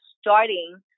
starting